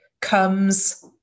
comes